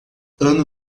ano